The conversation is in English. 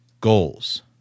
goals